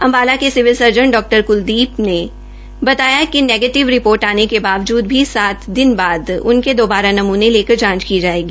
अम्बाला के civil surgeon Dr Kuldeep ने बताया कि नेगीटिव रिपोर्ट आने के बावजूद भी सात दिन बाद इनके दोबारा नमूने लेकर कर जांच की जायेगी